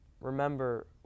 Remember